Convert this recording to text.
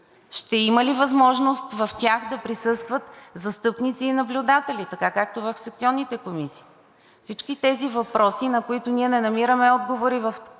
ще има ли възможност в тях да присъстват застъпници и наблюдатели, така както в секционните комисии?! Всички тези въпроси, на които ние не намираме отговори в този законопроект,